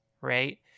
right